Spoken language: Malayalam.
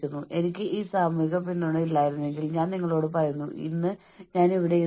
പ്രധാനപ്പെട്ട എന്തെങ്കിലും സംഭവിക്കാൻ പോകുന്നു അല്ലെങ്കിൽ പ്രധാനപ്പെട്ട എന്തെങ്കിലും ചെയ്യാൻ പോകുന്നു